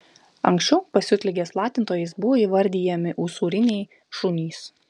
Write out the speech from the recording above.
anksčiau pasiutligės platintojais buvo įvardijami usūriniai šunys